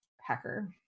hacker